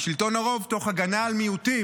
היא שלטון הרוב תוך הגנה על מיעוטים.